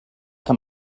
que